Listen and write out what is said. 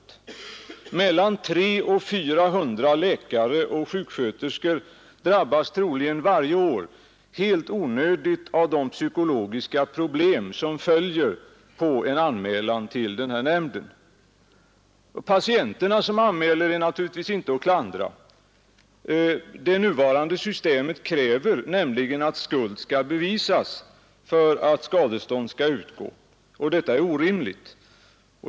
Mellan 300 och 400 läkare och sjuksköterskor drabbas varje år troligen helt onödigt av de psykologiska problem som följer på en anmälan till denna nämnd. Patienterna som anmäler är naturligtvis inte att klandra. Det nuvarande systemet kräver nämligen att skuld skall bevisas för att skadestånd skall utgå. Detta är orimligt.